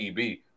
EB